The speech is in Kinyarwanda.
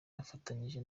bafatanyije